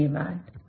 धन्यवाद